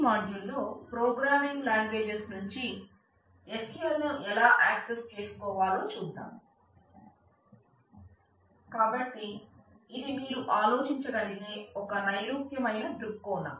ఈ మాడ్యుల్ లో programming language చేసుకోవాలో చూద్దాం కాబట్టి ఇది మీరు ఆలోచించగలిగే ఒక నైరూప్య మైన దృక్కోణం